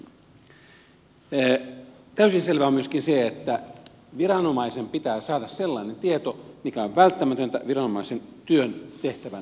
täysin selvää on myöskin se että viranomaisen pitää saada sellainen tieto joka on välttämätöntä viranomaisen työn tehtävän suorittamiseksi